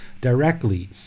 directly